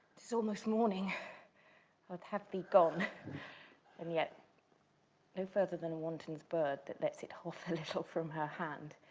so almost morning i would have thee gone and yet no further than a wanton's bird that lets it hop a little from her hand,